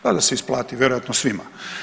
Tada se isplati vjerojatno svima.